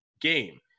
game